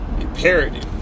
imperative